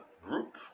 group